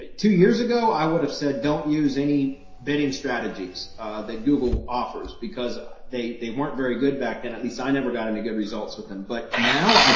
two years ago, i would have said don't use any bidding strategies that google offers because they they weren't very good back then at least i never got any good results with them. but now i,